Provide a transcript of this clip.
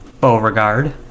Beauregard